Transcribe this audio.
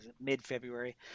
mid-february